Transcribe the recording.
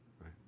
right